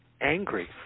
angry